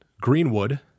Greenwood